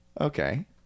Okay